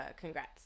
congrats